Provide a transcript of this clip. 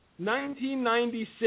1996